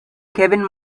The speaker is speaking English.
kevin